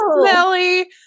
smelly